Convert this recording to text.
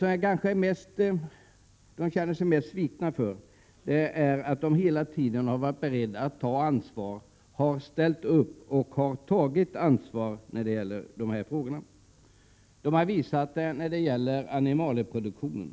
Mest svikna känner de sig med anledning av de krav som ställs på dem, trots att de hela tiden har varit beredda att ställa upp och ta ansvar. Det har de visat i fråga om animalieproduktionen.